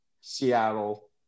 Seattle